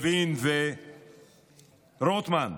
לוין ורוטמן.